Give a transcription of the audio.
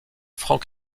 franck